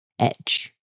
edge